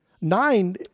Nine